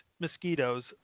mosquitoes